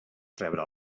rebre